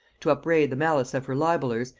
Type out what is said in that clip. to upbraid the malice of her libellers,